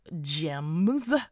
gems